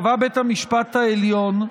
קבע בית המשפט העליון,